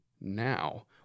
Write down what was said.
now